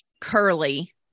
Curly